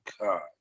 god